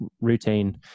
routine